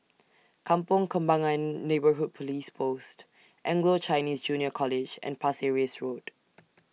Kampong Kembangan Neighbourhood Police Post Anglo Chinese Junior College and Pasir Ris Road